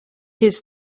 his